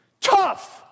tough